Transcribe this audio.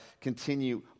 continue